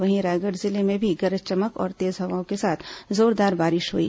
वहीं रायगढ़ जिले में भी गरज चमक और तेज हवाओं के साथ जोरदार बारिश हुई